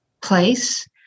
place